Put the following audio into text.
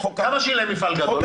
כמה שילם מפעל גדול?